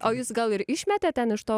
o jūs gal ir išmetė ten iš to